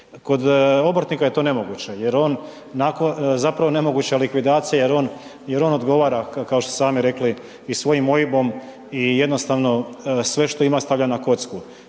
Kod obrtnika je to nemoguće, zapravo nemoguća likvidacija jer on, jer on odgovara kao što ste i sami rekli i svojim OIB-om i jednostavno sve što ima stavlja na kocku.